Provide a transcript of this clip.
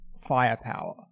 firepower